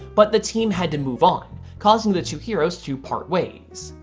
but the team had to move on causing the two heroes to part ways.